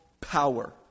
power